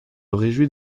réjouis